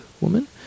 woman